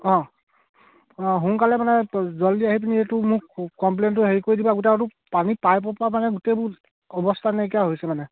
অঁ অঁ সোনকালে মানে জল্দি আহি পিনি এইটো মোক কমপ্লেইনটো হেৰি কৰি দিবা গোটেই আৰুতো পানী পাইপৰ পৰা মানে গোটেইবোৰ অৱস্থা নাইকীয়া হৈছে মানে